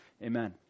Amen